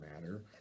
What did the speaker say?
matter